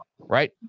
Right